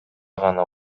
гана